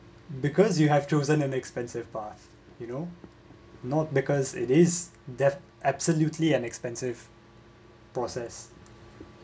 because you have chosen an expensive path you know not because it is that absolutely an expensive process